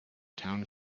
town